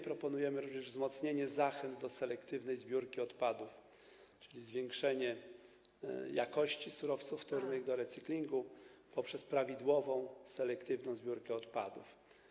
Proponujemy również wzmocnienie zachęt do selektywnej zbiórki odpadów, czyli zwiększenie jakości surowców wtórnych do recyklingu poprzez prawidłową selektywną zbiórkę odpadów.